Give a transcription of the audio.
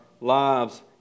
lives